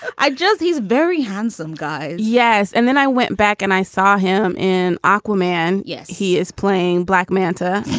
i just he's very handsome guy. yes. and then i went back and i saw him in aqua man. yes. he is playing black manta